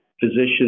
physicians